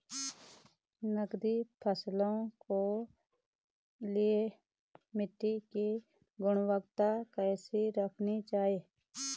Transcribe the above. नकदी फसलों के लिए मिट्टी की गुणवत्ता कैसी रखनी चाहिए?